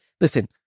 listen